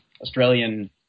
australian